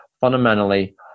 fundamentally